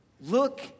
Look